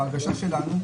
ההרגשה שלנו,